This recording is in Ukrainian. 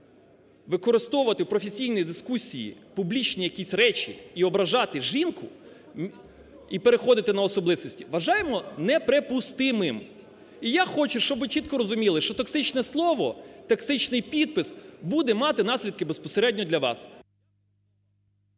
використовувати в професійній дискусії публічні якісь речі і ображати жінку і переходити на особистості вважаємо неприпустимим. І я хочу, щоб ви чітко розуміли, що токсичне слово, токсичний підпис буде мати наслідки безпосередньо для вас.